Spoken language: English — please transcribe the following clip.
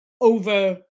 over